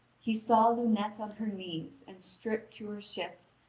he saw lunete on her knees and stripped to her shift,